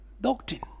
doctrine